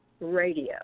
radio